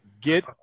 Get